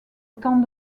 temps